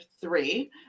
three